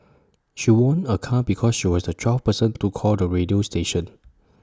she won A car because she was the twelfth person to call the radio station